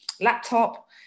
laptop